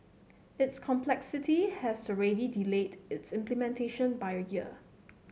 its complexity has already delayed its implementation by a year